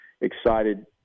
excited